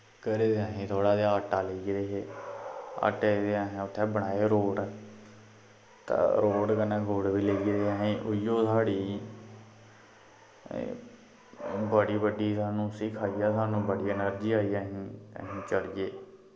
घरै दा असी थोह्ड़ा आटा लेई गेदे हे आटे दे असें उत्थें बनाए रोट ते रोट कन्नै गुड़ बी लेई गेदे हे अस इ'यो साढ़ी बड़ी बड्डी सानूं उसी खाइयै सानूं बड़ी एनर्जी आई अस चली गे